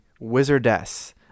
Wizardess